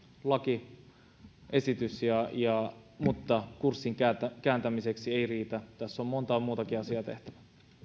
lakiesitys mutta kurssin kääntämiseksi se ei riitä tässä on monta muutakin asiaa tehtävä